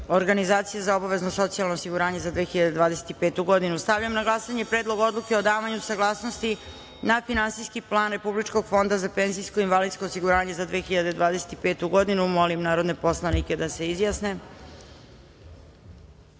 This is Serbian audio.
organizacije za obavezno socijalno osiguranje za 2025. godinu. Stavljam na glasanje Predlog odluke o davanju saglasnosti na finansijski plan Republičkog fonda za penzijsko i invalidsko osiguranje za 2025. godinu. Molim narodne poslanike da se